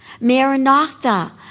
Maranatha